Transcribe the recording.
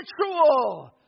ritual